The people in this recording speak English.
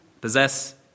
possess